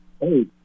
Hey